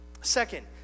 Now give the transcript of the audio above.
Second